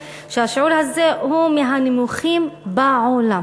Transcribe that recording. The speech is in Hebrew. לך שהשיעור הזה הוא מהנמוכים בעולם.